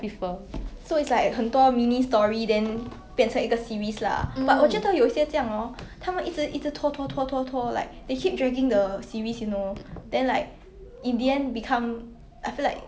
like I don't know if this is controversial lah but you know for like how I met your mother like the whole season right they spend the whole of season nine like trying to make robin and like barney's wedding so the whole love story was about the two of them